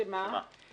שמה?